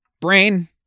Brain